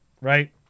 Right